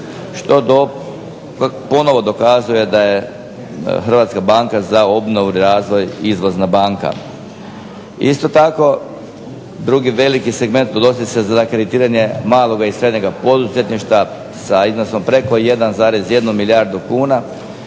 Što ponovno dokazuje da je HBOR izvozna banka. Isto tako drugi veliki segment odnosi se na kreditiranje maloga i srednjega poduzetništva sa iznosom preko 1,1 milijardu kuna.